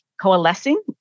coalescing